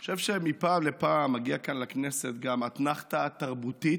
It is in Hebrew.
אני חושב שמפעם לפעם מגיעה כאן לכנסת גם אתנחתה תרבותית,